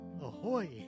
Ahoy